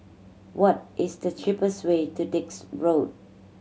what is the cheapest way to Dix Road